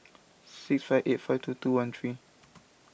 six five eight five two two one three